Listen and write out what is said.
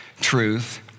truth